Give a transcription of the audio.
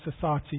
society